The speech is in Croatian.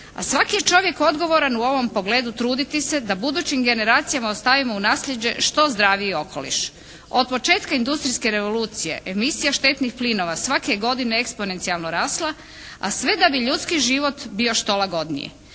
a svaki je čovjek odgovoran u ovom pogledu truditi se da budućim generacijama ostavimo u nasljeđe što zdraviji okoliš. Od početka industrijske revolucije emisija štetnih plinova svake je godine eksponencijalno rasla, a sve da bi ljudski život bi što lagodniji.